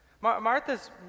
Martha's